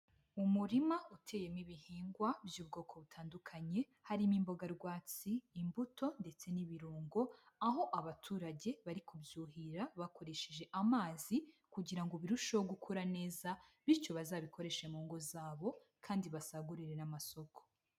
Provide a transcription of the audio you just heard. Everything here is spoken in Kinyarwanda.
Umurima uteyemo ibihingwa by'ubwoko butandukanye harimo imboga rwatsi, imbuto ndetse n'ibirungo, aho abaturage bari kubyuhirira bakoresheje amazi kugira ngo birusheho gukura neza, bityo bazabikoreshe mu ngo zabo kandi basagurire n'amasoko.